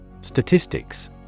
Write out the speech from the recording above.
Statistics